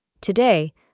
Today